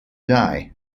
dye